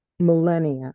millennia